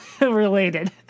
related